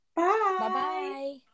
Bye-bye